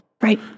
Right